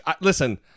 Listen